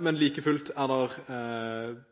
men like fullt er